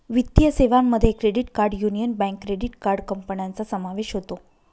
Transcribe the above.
वित्तीय सेवांमध्ये credit card Union Bank credit card कंपन्यांचा समावेश होतो